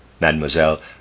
Mademoiselle